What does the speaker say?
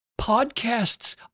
Podcasts